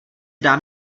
dám